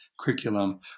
curriculum